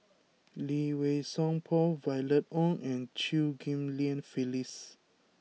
Lee Wei Song Paul Violet Oon and Chew Ghim Lian Phyllis